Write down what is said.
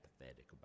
apathetic